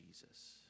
Jesus